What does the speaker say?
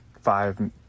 five